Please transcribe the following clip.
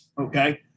Okay